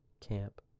Camp